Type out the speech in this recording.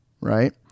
right